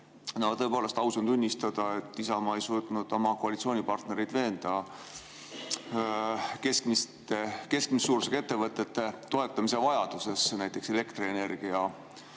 Tõepoolest, aus on tunnistada, et Isamaa ei suutnud oma koalitsioonipartnereid veenda keskmise suurusega ettevõtete toetamise vajaduses, näiteks elektrienergia